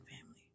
family